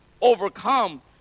overcome